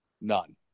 None